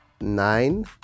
nine